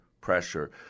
pressure